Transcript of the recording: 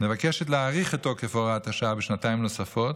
מבקשת להאריך את תוקף הוראת השעה בשנתיים נוספות